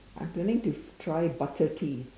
I'm planning to try butter tea